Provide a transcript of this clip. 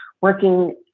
working